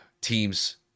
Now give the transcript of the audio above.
teams